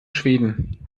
schweden